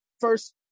first